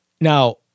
Now